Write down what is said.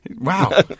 Wow